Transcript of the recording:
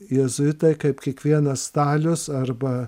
jėzuitai kaip kiekvienas stalius arba